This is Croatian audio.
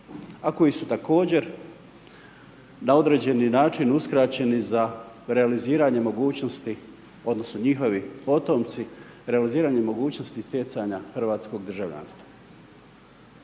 a koji su također, na određeni način uskraćeni, za realiziranjem mogućnosti, odnosno, njihovi potomci, realizirani mogućnosti stjecanja hrvatskog državljanstva.